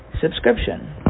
subscription